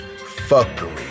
fuckery